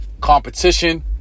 Competition